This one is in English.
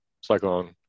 Cyclone